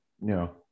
No